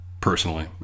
personally